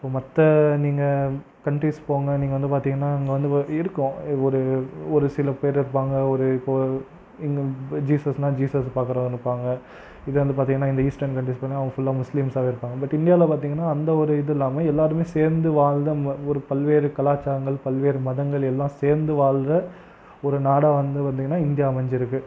இப்போ மற்ற நீங்கள் கண்ட்ரீஸ் போங்க நீங்கள் வந்து பார்த்திங்கன்னா அங்கே வந்து இருக்கும் ஒரு ஒரு சில பேர் இருப்பாங்க ஒரு இப்போ இன்னும் ஜீசஸ்னா ஜீசஸ் பார்க்குறவங்க இருப்பாங்க இதே வந்து பார்த்திங்கன்னா இந்த ஈஸ்டர்ன் கண்ட்ரீஸ் போனால் அங்கே ஃபுல்லாக முஸ்லீம்ஸாகவே இருப்பாங்க பட் இந்தியாவில் பார்த்திங்கன்னா அந்த ஒரு இது இல்லாமல் எல்லாருமே சேர்ந்து வாழ்ந்த ஒரு பல்வேறு கலாச்சாரங்கள் பல்வேறு மதங்கள் எல்லாம் சேர்ந்து வாழ்ற ஒரு நாடாக வந்து பார்த்திங்கன்னா இந்தியா அமைஞ்சிருக்கு